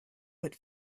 but